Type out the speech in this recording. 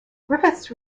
griffiths